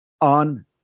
on